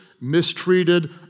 mistreated